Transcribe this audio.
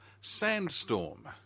Sandstorm